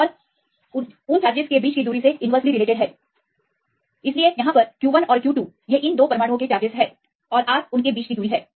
और उनके बीच की दूरी के विपरीत आनुपातिक इसलिएआप q1और q2 देख सकते हैं वे इन दो परमाणुओं के चार्जेस हैं और R उनके बीच की दूरी है